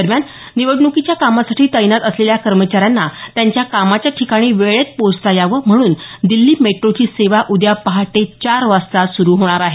दरम्यान निवडणुकीच्या कामासाठी तैनात असलेल्या कर्मचाऱ्यांना त्यांच्या कामाच्या ठिकाणी वेळेत पोचता यावं म्हणून दिल्ली मेट्रोची सेवा उद्या पहाटे चार वाजता सुरू होणार आहे